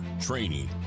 training